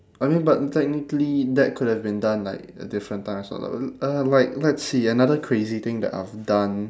I mean but technically that could have been done like at different times [what] uh like let's see another crazy thing that I've done